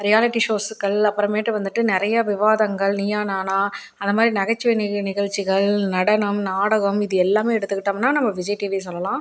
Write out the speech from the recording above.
reality ஷோஸுகள் அப்புறமேட்டு வந்துட்டு நிறைய விவாதங்கள் நீயா நானா அந்த மாதிரி நகைச்சுவை நி நிகழ்ச்சிகள் நடனம் நாடகம் இது எல்லாமே எடுத்துக்கிட்டோம்னா நம்ம விஜய் டிவி சொல்லலாம்